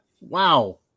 Wow